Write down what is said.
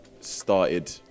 started